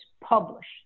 published